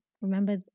Remember